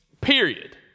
period